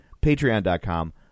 patreon.com